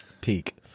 Peak